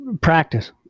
Practice